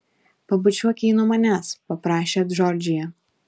pabučiuok jį nuo manęs paprašė džordžija